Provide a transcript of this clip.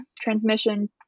transmission